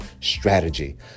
strategy